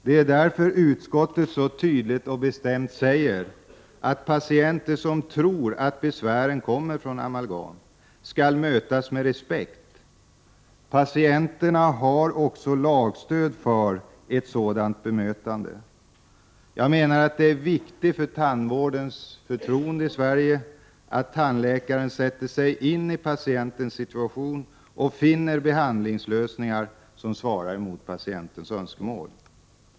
Det är därför utskottet så tydligt och bestämt säger att patienter som tror att besvären kommer från amalgam skall mötas med respekt. Patienterna har också lagstöd för ett sådant bemötande. Jag menar att det är viktigt för tandvårdens förtroende i Sverige att tandläkaren sätter sig in i patientens situation och finner behandlingslösningar som svarar mot patientens önskemål.